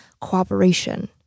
cooperation